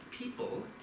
people